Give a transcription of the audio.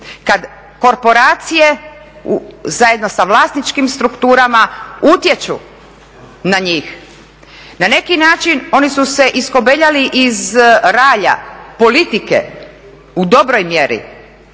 kada korporacije zajedno sa vlasničkim strukturama utječu na njih. Na neki način oni su se iskobeljali iz ralja politike u dobroj mjeri,